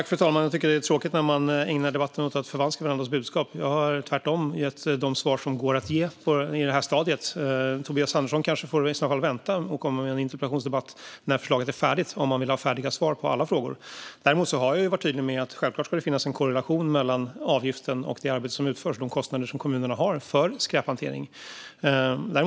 Fru talman! Jag tycker att det är tråkigt när man ägnar debatten åt att förvanska varandras budskap. Jag har tvärtom gett de svar som går att ge i det här stadiet. Tobias Andersson får nog vänta och ställa en ny interpellation när förslaget är färdigt om han vill ha färdiga svar på alla frågor. Jag har varit tydlig med att det givetvis ska finnas en korrelation mellan avgiften och det arbete som utförs och de kostnader som kommunerna har för skräphantering.